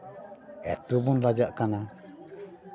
ᱮᱛᱚᱵᱚᱱ ᱞᱟᱡᱟᱜ ᱠᱟᱱᱟ